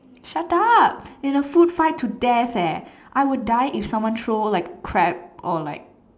shut up is a food fight to death leh I would die if someone throw like crab or like